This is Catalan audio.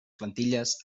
plantilles